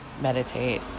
meditate